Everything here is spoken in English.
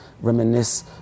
reminisce